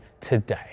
today